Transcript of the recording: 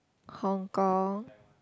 hong-kong